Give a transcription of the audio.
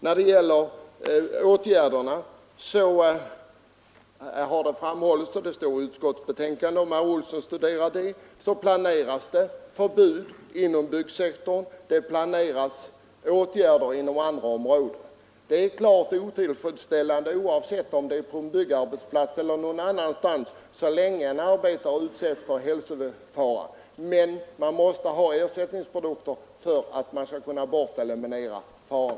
När det gäller skyddsåtgärderna mot asbestos har det framhållits, och det står också i utskottets betänkande — vilket herr Olsson finner, om han studerar det — att förbud inom byggsektorn planeras liksom vissa åtgärder inom andra områden. Det är klart att det är otillfredsställande, oavsett om det är på en byggarbetsplats eller någon annanstans, att arbetare kan utsättas för hälsofara, men man måste först ha ersättningsprodukter innan man kan eliminera faran.